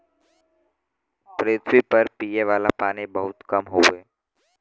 पृथवी पर पिए वाला पानी बहुत कम हउवे